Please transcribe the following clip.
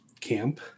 camp